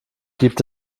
gibt